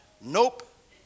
nope